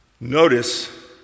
Notice